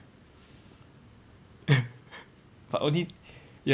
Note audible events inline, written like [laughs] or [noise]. [laughs] but only